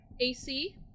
AC